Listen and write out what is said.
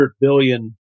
billion